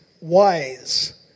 wise